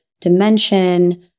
dimension